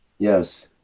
yes.